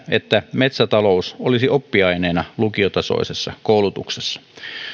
että metsätalous olisi oppiaineena lukiotasoisessa koulutuksessa